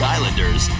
Islanders